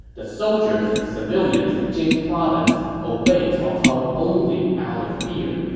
the soldiers and civilians of jing province obey cao cao only out of fear,